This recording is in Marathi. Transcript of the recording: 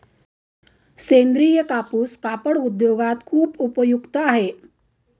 सेंद्रीय कापूस कापड उद्योगात खूप उपयुक्त आहे